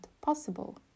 possible